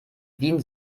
wien